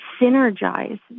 synergize